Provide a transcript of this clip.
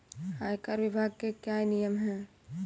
आयकर विभाग के क्या नियम हैं?